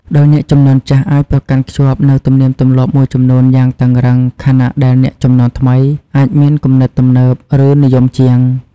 ដោយអ្នកជំនាន់ចាស់អាចប្រកាន់ខ្ជាប់នូវទំនៀមទម្លាប់មួយចំនួនយ៉ាងតឹងរ៉ឹង ខណៈដែលអ្នកជំនាន់ថ្មីអាចមានគំនិតទំនើប ឬនិយមជាង។